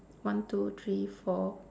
one two three four